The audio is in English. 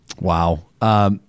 Wow